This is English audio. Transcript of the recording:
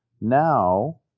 now